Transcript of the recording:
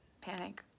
panic